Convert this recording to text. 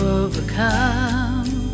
overcome